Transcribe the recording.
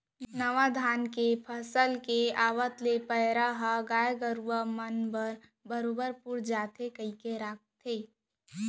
नावा धान के फसल के आवत ले पैरा ह गाय गरूवा मन बर बरोबर पुर जाय कइके राखथें